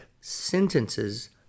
sentences